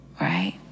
right